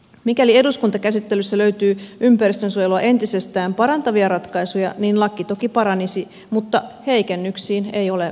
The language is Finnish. mikäli eduskuntakäsittelyssä löytyy ympäristönsuojelua entisestään parantavia ratkaisuja niin laki toki paranisi mutta heikennyksiin ei ole varaa